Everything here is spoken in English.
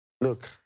Look